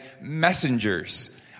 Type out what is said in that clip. messengers